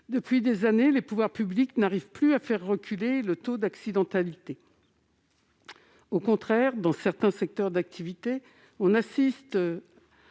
Depuis des années, les pouvoirs publics n'arrivent plus à faire reculer le taux d'accidentalité. Au contraire, dans certains secteurs, on assiste